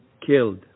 killed